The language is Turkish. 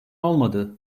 olmadı